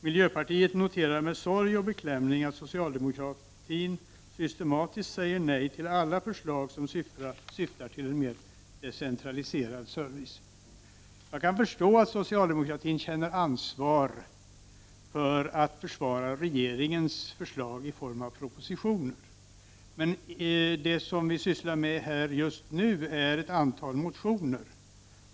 Miljöpartiet noterar med sorg och beklämning att socialdemokratin systematiskt säger nej till alla förslag som syftar till en mer decentraliserad service. Jag kan förstå att socialdemokrater här känner ansvar för att försvara regeringens förslag i form av propositioner, men det som vi sysslar med just nu är ett antal motioner.